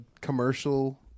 commercial